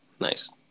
Nice